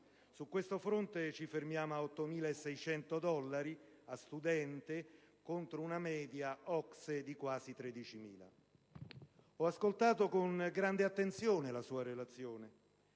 su questo fronte ci fermiamo a 8.600 dollari a studente, contro una media OCSE di quasi 13.000. Ho ascoltato con grande attenzione la sua relazione